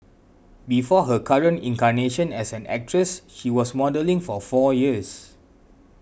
before her current incarnation as an actress she was modelling for four years